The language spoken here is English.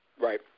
Right